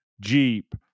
Jeep